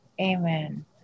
Amen